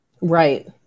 right